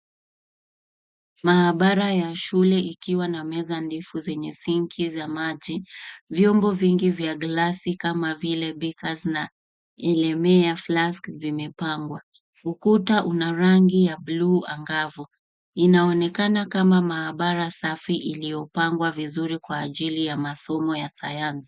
Maabara ya shule ikiwa na meza ndefu zenye sink za maji, vyombo vingi vya glasi kama vile bakers na ilemear flask zimepangwa. Ukuta una rangi ya bluu angavu. Inaonekana kama maabara safi iliyopangwa vizuri kwa ajili ya masomo ya sayansi.